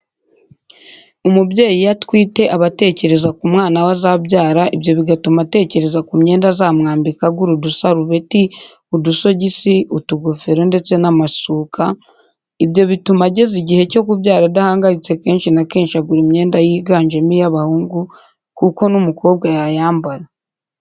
Umubyeyi iyo atwite aba atekereza ku mwana we azabyara ibyo bigatuma atekereza ku myenda azamwambika agura udusarubeti, udusogisi, utugofero ndetse n'amashuka, ibyo bituma ageza igihe cyo kubyara adahangayitse kenshi na kenshi agura imyenda higanjemo iy'abahungu kuko n'umukobwa yayambara.